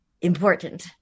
important